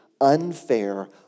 unfair